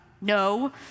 No